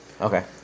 Okay